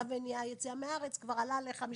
לצו מניעה יציאה מהארץ, כבר עלה ל-55?